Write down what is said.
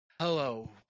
Hello